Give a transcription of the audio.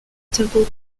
temple